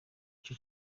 ico